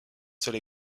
seul